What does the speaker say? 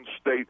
state